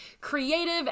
creative